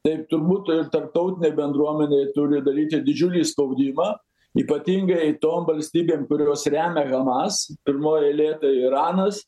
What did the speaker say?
taip turbūt ir tarptautinė bendruomenė turi daryti didžiulį spaudimą ypatingai tom valstybėm kurios remia hamas pirmoj eilėj tai iranas